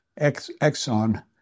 Exxon